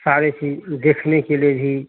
सारी चीज़ देखने के लिए भी